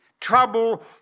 trouble